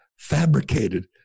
fabricated